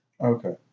Okay